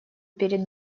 перед